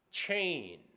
chain